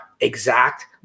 exact